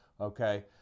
okay